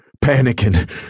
Panicking